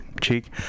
cheek